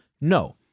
No